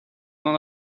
non